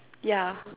yeah